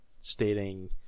stating